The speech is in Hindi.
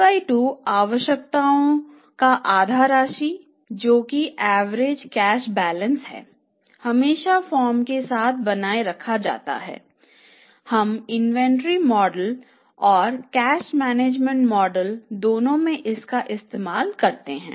C2 आवश्यकताओं का आधा राशि जो कि एवरेज कैश बैलेंस दोनों में इसका इस्तेमाल करते हैं